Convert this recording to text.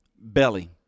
Belly